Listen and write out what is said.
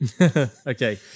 Okay